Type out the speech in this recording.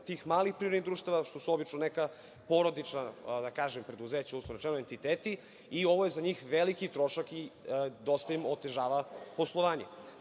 tih malih privrednih društava, što su obično neka porodična, da kažem, uslovno rečeno, i ovo je za njih veliki trošak i dosta im otežava poslovanje. Tako